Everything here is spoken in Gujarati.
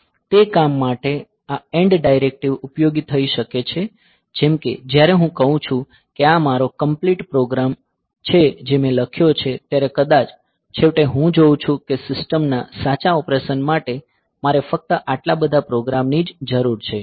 તે કામ માટે આ એન્ડ ડાયરેકટિવ ઉપયોગી થઈ શકે છે જેમ કે જ્યારે હું કહું છું કે આ મારો એક કંપલીટ પ્રોગ્રામ છે જે મેં લખ્યો છે ત્યારે કદાચ છેવટે હું જોઉં છું કે સિસ્ટમના સાચા ઓપરેશન માટે મારે ફક્ત આટલા બધા પ્રોગ્રામની જ જરૂર છે